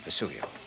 Vesuvio